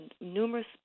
numerous